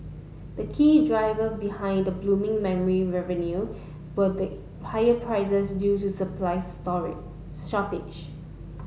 the key driver behind the blooming memory revenue were the higher prices due to supply story shortage